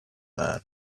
man